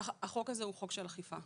החוק הזה הוא חוק של אכיפה.